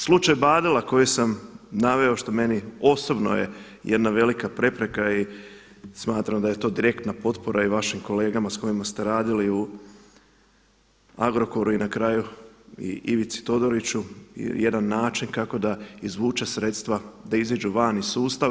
Slučaj Badela koji sam naveo što meni osobno je jedna velika prepreka i smatram da je to direktna potpora i vašim kolegama sa kojima ste radili u Agrokoru i na kraju i Ivici Todoriću i jedan način kako da izvuče sredstva da iziđu van iz sustava.